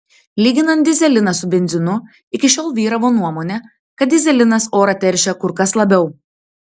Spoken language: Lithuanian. lyginant dyzeliną su benzinu iki šiol vyravo nuomonė kad dyzelinas orą teršia kur kas labiau